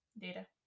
data